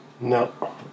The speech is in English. No